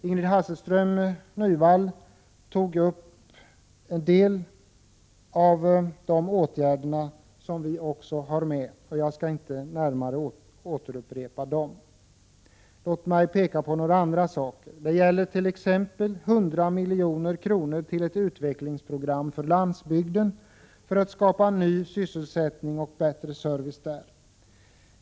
Ingrid Hasselström Nyvall tog upp en del åtgärder som vi också har med, och jag skall därför inte upprepa dem. Låt mig i stället peka på några andra saker. Det gäller t.ex. 100 milj.kr. till ett utvecklingsprogram för landsbygden för att skapa ny sysselsättning och bättre service.